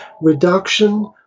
reduction